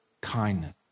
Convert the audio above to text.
kindness